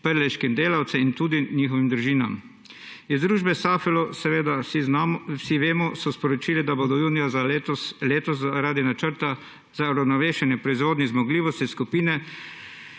prleškim delavcem in njihovim družinam. Iz družbe Safilo, vsi vemo, so sporočili, da bodo junija letos zaradi načrta za uravnovešenje proizvodnih zmogljivosti skupine